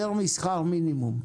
יותר משכר מינימום.